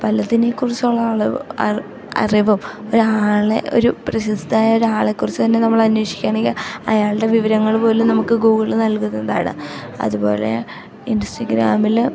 പലതിനെക്കുറിച്ചുള്ള അള അറിവും ഒരാളെ ഒരു പ്രശസ്തമായ ഒരാളെക്കുറിച്ചു തന്നെ നമ്മൾ അന്വേഷിക്കുകയാണെങ്കിൽ അയാളുടെ വിവരങ്ങൾ പോലും നമുക്ക് ഗൂഗിൾ നൽകുന്നതാണ് അതുപോലെ ഇൻസ്റ്റഗ്രാമിൽ